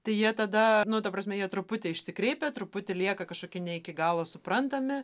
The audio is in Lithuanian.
tai jie tada nu ta prasme jie truputį išsikreipia truputį lieka kažkokie ne iki galo suprantami